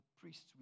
priests